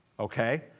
Okay